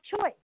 choice